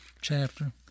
chapter